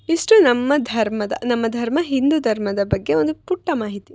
ಇಷ್ಟು ನಮ್ಮ ಧರ್ಮದ ನಮ್ಮ ಧರ್ಮ ಹಿಂದು ಧರ್ಮದ ಬಗ್ಗೆ ಒಂದು ಪುಟ್ಟ ಮಾಹಿತಿ